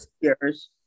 years